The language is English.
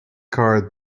car